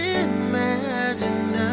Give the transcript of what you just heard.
imagine